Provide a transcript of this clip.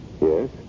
Yes